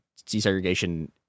desegregation